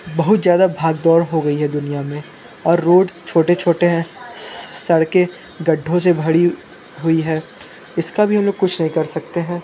बहुत ज़्यादा भाग दौड़ हो गई है दुनिया में और रोड छोटे छोटे हैं सड़कें गड्ढों से भड़ी हुई हैं इसका भी हम लोग कुछ नहीं कर सकते हैं